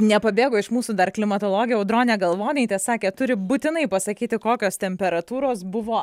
nepabėgo iš mūsų dar klimatologė audronė galvonaitė sakė turi būtinai pasakyti kokios temperatūros buvo